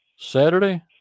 Saturday